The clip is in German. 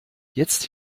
jetzt